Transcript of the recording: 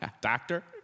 doctor